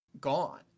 gone